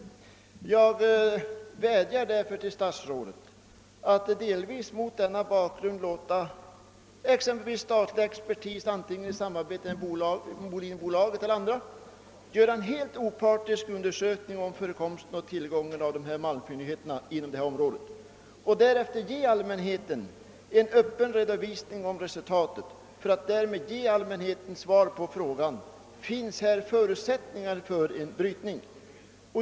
Därmed hålls en dörr öppen, och jag vädjar därför till statsrådet att mot denna bakgrund låta exempelvis statlig expertis — i samarbete med Bolidenbolaget eller andra — göra en helt opartisk undersökning av förekomsten av malmfyndigheter inom detta område och därefter lämna en öppen redovisning av resultatet för att därmed ge allmänheten svar på frågan om här finns förutsättningar för brytning.